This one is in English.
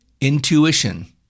intuition